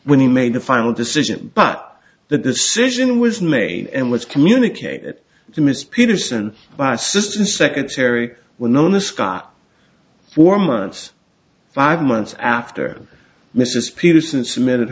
when he made the final decision but the decision was made and was communicated to ms peterson by assistant secretary well known to scott for months five months after mrs peterson submitted